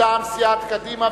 מטעם סיעת קדימה,